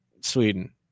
Sweden